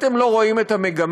אתם לא רואים את המגמה?